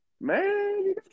Man